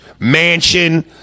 mansion